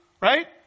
right